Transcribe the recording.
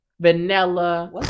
vanilla